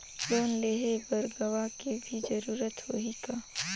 Loan लेहे बर गवाह के भी जरूरत होही का?